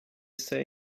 say